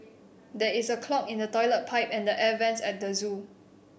there is a clog in the toilet pipe and the air vents at the zoo